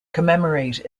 commemorate